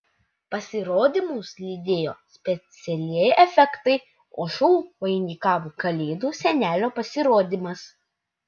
pasirodymus lydėjo specialieji efektai o šou vainikavo kalėdų senelio pasirodymas